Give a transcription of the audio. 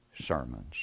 sermons